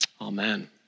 Amen